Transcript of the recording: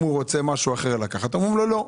אם הוא רוצה משהו אחר לקחת אומרים לו לא,